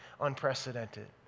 unprecedented